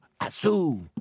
Asu